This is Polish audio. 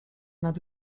nad